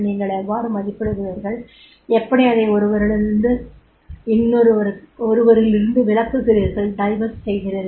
நீங்கள் எவ்வாறு மதிப்பிடுகிறீர்கள் எப்படி அதை ஒருவரிலிருந்து விலக்குகிறீர்கள்